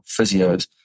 physios